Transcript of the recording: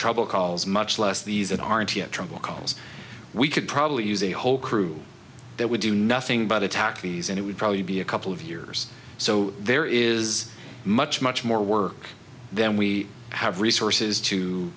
trouble calls much less these that aren't yet trouble cause we could probably use a whole crew that would do nothing but a takis and it would probably be a couple of years so there is much much more work than we have resources to